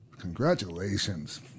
Congratulations